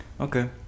Okay